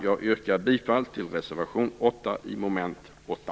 Jag yrkar bifall till reservation 8 under mom. 8.